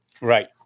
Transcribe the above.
Right